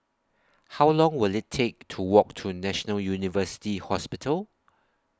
How Long Will IT Take to Walk to National University Hospital